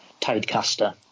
Tidecaster